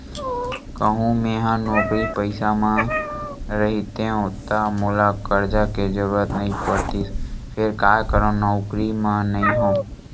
कहूँ मेंहा नौकरी पइसा म रहितेंव ता मोला करजा के जरुरत नइ पड़तिस फेर काय करव नउकरी म नइ हंव